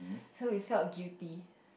so we felt guilty